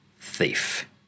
Thief